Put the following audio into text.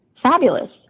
fabulous